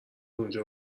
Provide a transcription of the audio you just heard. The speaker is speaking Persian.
اونجا